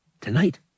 Tonight